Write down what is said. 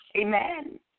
Amen